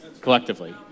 collectively